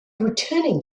returning